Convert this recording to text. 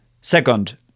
Second